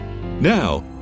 Now